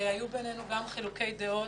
שהיו בינינו גם חילוקי דעות.